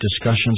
discussions